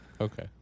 Okay